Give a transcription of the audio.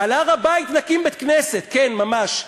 על הר-הבית נקים בית-כנסת, כן, ממש.